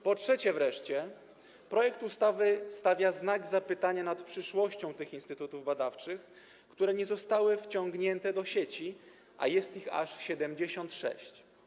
Po trzecie wreszcie, projekt ustawy stawia pod znakiem zapytania przyszłość tych instytutów badawczych, które nie zostały wciągnięte do sieci, a jest ich aż 76.